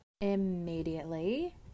Immediately